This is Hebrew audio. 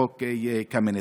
חוק קמיניץ.